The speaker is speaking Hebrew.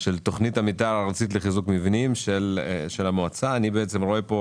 של תוכנית המתאר הארצית לחיזוק מבנים של המועצה אני בעצם רואה פה